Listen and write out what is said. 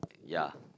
ya